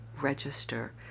register